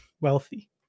wealthy